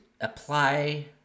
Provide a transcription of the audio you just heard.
apply